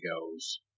goes